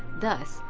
thus,